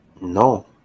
No